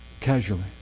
casually